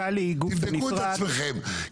תבדקו את עצמכם,